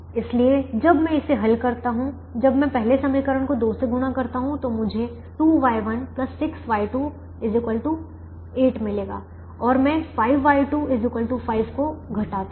इसलिए जब मैं इसे हल करता हूं जब मैं पहले समीकरण को 2 से गुणा करता हूं तो मुझे 2Y1 6Y2 8 मिलेगा और मैं 5Y2 5 को घटाता हूं